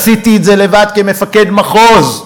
עשיתי את זה לבד כמפקד מחוז: